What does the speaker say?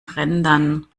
rendern